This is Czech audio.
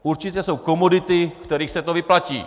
Určitě jsou komodity, u kterých se to vyplatí.